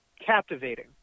captivating